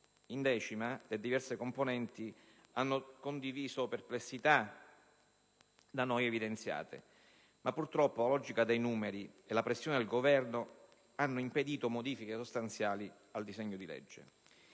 Commissione, diverse componenti hanno condiviso le perplessità da noi evidenziate ma purtroppo la logica dei numeri e la pressione del Governo hanno impedito modifiche sostanziali al disegno di legge.